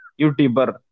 youtuber